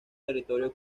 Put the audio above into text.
territorio